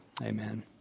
Amen